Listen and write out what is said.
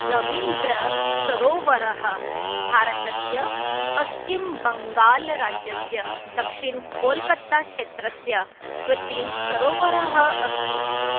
रवीन्द्रसरोवरः भारतस्य पश्चिम्बङ्गाल् राज्यस्य दक्षिणकोल्कत्ताछेत्रस्य कृत्तिं सरोवरः अस्ति